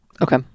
okay